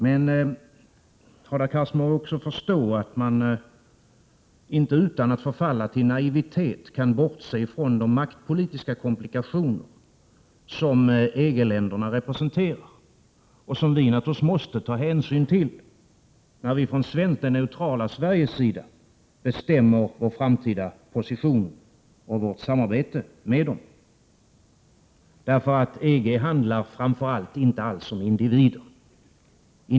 Men Hadar Cars må också förstå att man inte utan att förfalla till naivitet kan bortse från de maktpolitiska komplikationer som EG-länderna representerar och som vi naturligtvis måste ta hänsyn till, när vi i det neutrala Sverige bestämmer vår framtida position och vårt samarbete med EG. EG handlar framför allt inte om individer.